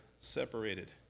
separated